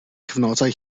cyfnodau